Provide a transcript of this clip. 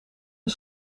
een